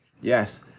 Yes